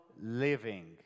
living